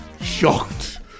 Shocked